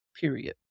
period